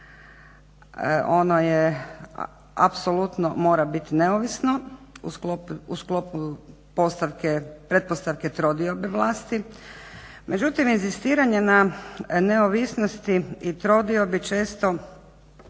ono je apsolutno mora biti neovisno u sklopu postavke, pretpostavke trodiobe vlasti, međutim inzistiranje na neovisnosti i trodiobi često,